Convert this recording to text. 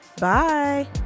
Bye